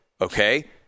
okay